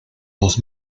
dos